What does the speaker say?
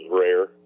rare